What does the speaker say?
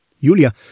Yulia